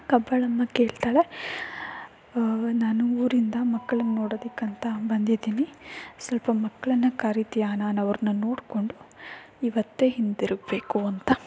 ಕಬ್ಬಾಳಮ್ಮ ಕೇಳ್ತಾಳೆ ನಾನು ಊರಿಂದ ಮಕ್ಳನ್ನ ನೋಡೊದಕ್ಕಂತ ಬಂದಿದ್ದೀನಿ ಸ್ವಲ್ಪ ಮಕ್ಕಳನ್ನ ಕರೀತಿಯಾ ನಾನು ಅವರನ್ನ ನೋಡಿಕೊಂಡು ಇವತ್ತೇ ಹಿಂದಿರುಗಬೇಕು ಅಂತ